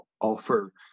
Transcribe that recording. offer